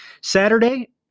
Saturday